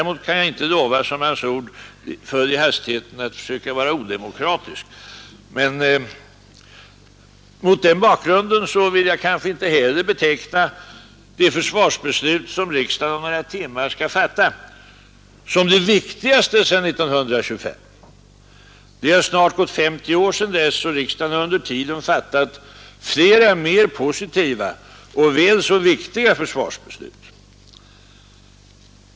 Mot den bakgrunden vill jag inte heller beteckna det försvarsbeslut som riksdagen om några timmar skall fatta som det viktigaste sedan 1925. Det har snart gått 50 år sedan dess, och under tiden har riksdagen fattat flera mer positiva och väl så viktiga försvarsbeslut.